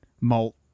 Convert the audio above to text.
malt